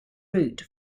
route